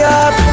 up